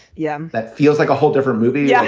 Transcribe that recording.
yeah, that feels like a whole different movie. yeah